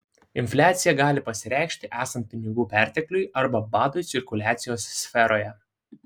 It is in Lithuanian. infliacija gali pasireikšti esant pinigų pertekliui arba badui cirkuliacijos sferoje